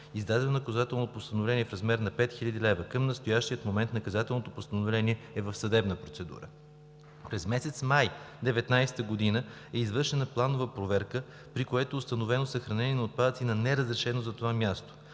Издадено е наказателно постановление в размер на 5 хил. лв. Към настоящия момент наказателното постановление е в съдебна процедура. През месец май 2019 г. е извършена планова проверка, при която е установено съхранение на отпадъци на неразрешено за това място.